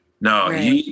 No